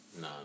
no